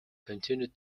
continued